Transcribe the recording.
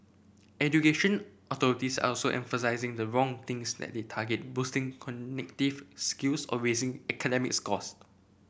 education authorities are also emphasising the wrong things that they target boosting cognitive skills or raising academic scores